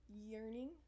yearning